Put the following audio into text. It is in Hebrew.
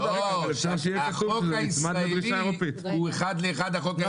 לא, החוק הישראלי הוא אחד לאחד החוק האירופי.